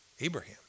Abraham